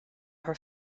her